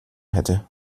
hätte